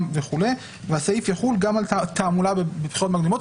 וכו' הסעיף יחול גם על תעמולה בבחירות מקדימות.